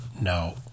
No